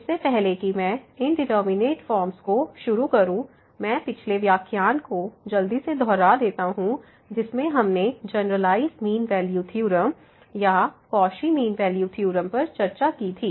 इससे पहले कि मैं इंडिटरमिनेट फॉर्म्स को शुरू करूं मैं पिछले व्याख्यान को जल्दी से दोहराता देता हूं जिसमें हमने जनरलआईस मीन वैल्यू थ्योरम या कौशी मीन वैल्यू थ्योरम पर चर्चा की थी